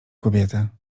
kobietę